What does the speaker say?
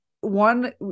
one